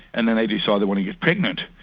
and then they decide they want to get pregnant,